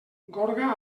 gorga